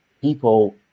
people